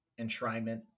enshrinement